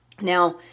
Now